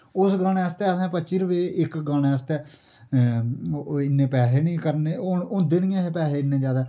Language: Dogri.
उस गाने आस्तै असैं पच्ची रपे इक गाने आस्तै ओ इन्ने पैसे नि करने हुन होंदे निं ऐ हे पैसे इन्ने ज्यादै